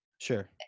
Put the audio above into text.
Sure